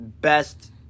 best